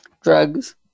Drugs